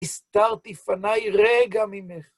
הסתרתי פניי רגע ממך.